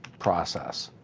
process.